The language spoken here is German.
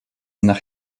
nach